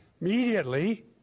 Immediately